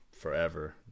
forever